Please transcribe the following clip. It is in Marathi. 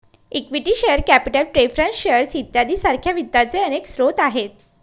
equity share capital preference shares इत्यादी सारख्या वित्ताचे अनेक स्रोत आहेत